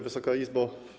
Wysoka Izbo!